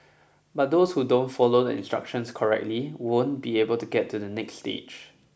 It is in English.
but those who don't follow the instructions correctly won't be able to get to the next stage